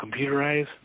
computerized